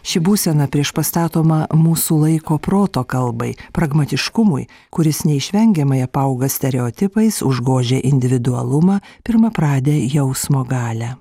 ši būsena priešpastatoma mūsų laiko proto kalbai pragmatiškumui kuris neišvengiamai apauga stereotipais užgožia individualumą pirmapradę jausmo galią